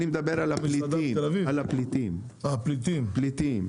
הכוונה לפליטים,